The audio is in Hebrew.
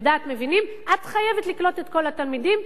"דעת מבינים": את חייבת לקלוט את כל התלמידים,